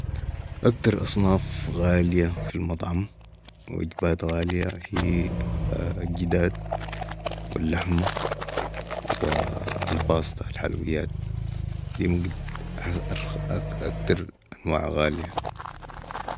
اكتر اصناف غالية في المطعم وجبات غاليه هي الجداد والحمه والباسطه الحلويات دي ممكن اكتر انواع غاليه